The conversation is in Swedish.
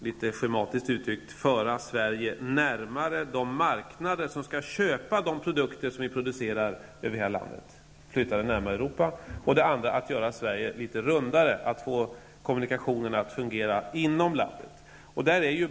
Litet schematiskt uttryckt är det att föra Sverige närmare de marknader som skall köpa de produkter som vi producerar i det här landet, dvs. en flyttning närmare Europa, och att göra Sverige litet rundare, att få kommunikationerna att fungera inom landet.